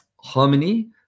Harmony